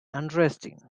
unresting